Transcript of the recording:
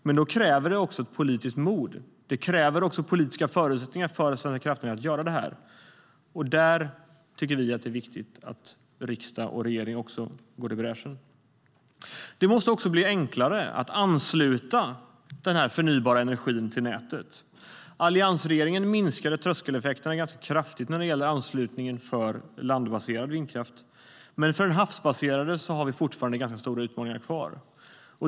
Men då krävs det ett politiskt mod. Det krävs också politiska förutsättningar för att Svenska kraftnät ska göra det här. Där tycker vi att det är viktigt att riksdag och regering går i bräschen. Det måste också bli enklare att ansluta den förnybara energin till nätet. Alliansregeringen minskade tröskeleffekterna ganska kraftigt när det gäller anslutningen för landbaserad vindkraft, men för den havsbaserade har vi fortfarande ganska stora utmaningar kvar.